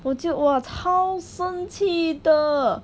我就 !wah! 超生气的